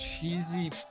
cheesy